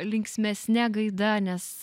linksmesne gaida nes